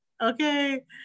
Okay